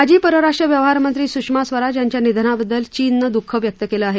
माजी परराष्ट्र व्यवहार मंत्री सुषमा स्वराज यांच्या निधनाबद्दल चीननं दुःख व्यक्त केलं आहे